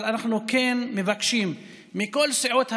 אבל אנחנו כן מבקשים מכל סיעות הבית,